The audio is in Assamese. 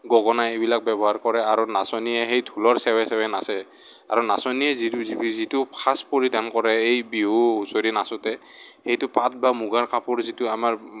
গগনা এইবিলাক ব্যৱহাৰ কৰে আৰু নাচনিয়ে সেই ঢোলৰ চেৱে চেৱে নাচে আৰু নাচনিয়ে যি যিটো সাজ পৰিধান কৰে এই বিহু হুঁচৰি নাচোতে সেইটো পাট বা মুগাৰ কাপোৰ যিটো আমাৰ